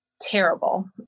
terrible